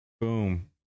Boom